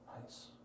Nice